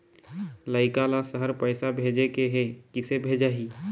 लइका ला शहर पैसा भेजें के हे, किसे भेजाही